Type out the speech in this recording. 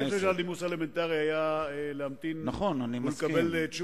אני חושב שהנימוס האלמנטרי היה להמתין ולקבל תשובה.